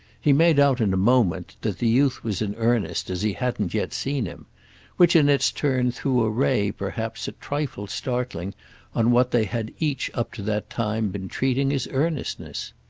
he made out in a moment that the youth was in earnest as he hadn't yet seen him which in its turn threw a ray perhaps a trifle startling on what they had each up to that time been treating as earnestness.